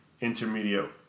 intermediate